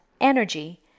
energy